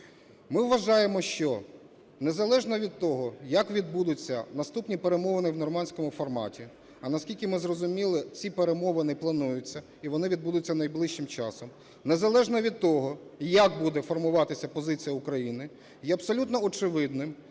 Ми вважаємо, що незалежно від того, як відбудуться наступні перемовини в "нормандському форматі", а наскільки ми зрозуміли, ці перемовини плануються, і вони відбудуться найближчим часом, незалежно від того, як буде формуватися позиція України, є абсолютно очевидним